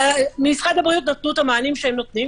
משרד הבריאות נותנים את המענים שהם נותנים,